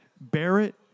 Barrett